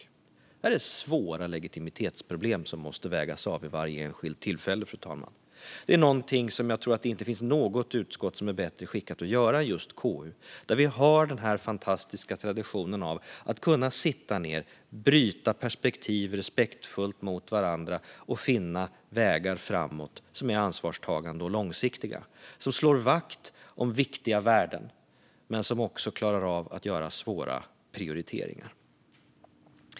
Detta är svåra legitimitetsproblem som måste vägas av vid varje enskilt tillfälle, fru talman. Och jag tror inte att något utskott är bättre skickat att göra det än just KU, där vi har den här fantastiska traditionen av att kunna sitta ned, respektfullt bryta perspektiv mot varandra och finna vägar framåt som är ansvarstagande och långsiktiga, där vi slår vakt om viktiga värden men också klarar av att göra svåra prioriteringar.